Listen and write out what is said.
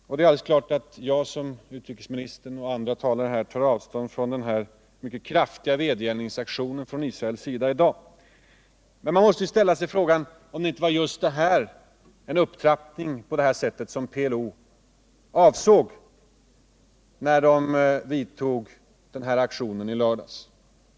Det är alldeles klart att jag, liksom utrikesministern och andra talare här, tar avstånd från Israels mycket kraftiga vedergällningsaktion i dag, men man måste ju ställa sig frågan, om det inte var just en sådan här upptrappning som PLO avsåg med sin aktion i lördags.